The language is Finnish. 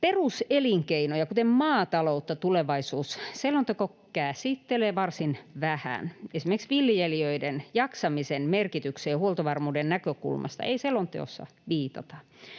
Peruselinkeinoja, kuten maataloutta, tulevaisuusselonteko käsittelee varsin vähän. Esimerkiksi viljelijöiden jaksamisen merkitykseen huoltovarmuuden näkökulmasta ei selonteossa viitata.